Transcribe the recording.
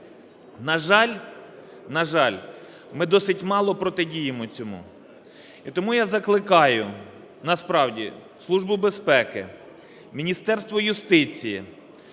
на жаль, ми досить мало протидіємо цьому. І тому я закликаю насправді Службу безпеки, Міністерство юстиції,